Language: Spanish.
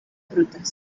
frutas